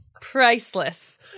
Priceless